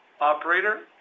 Operator